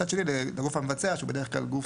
מצד שני, לגוף המבצע, שהוא בדרך כלל גוף